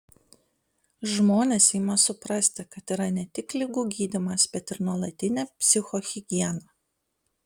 žmonės ima suprasti kad yra ne tik ligų gydymas bet ir nuolatinė psichohigiena